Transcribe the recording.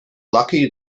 lucky